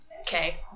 okay